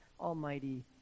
Almighty